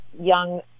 young